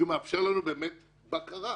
היא מאפשרת לנו בקרה.